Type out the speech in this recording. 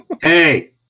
Hey